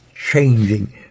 changing